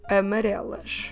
amarelas